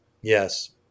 Yes